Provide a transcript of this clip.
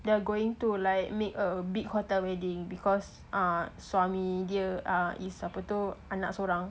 they are going to like make a big hotel wedding because ah suami dia is apa itu anak seorang